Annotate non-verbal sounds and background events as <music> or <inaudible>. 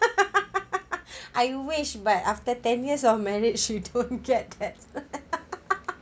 <laughs> I wish but after ten years of marriage you don't get that <laughs>